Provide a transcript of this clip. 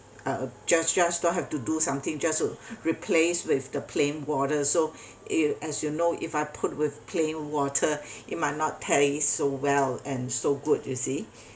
uh just just don't have to do something just replace with the plain water so it as you know if I put with plain water it might not tastes so well and so good you see